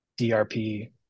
DRP